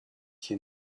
hier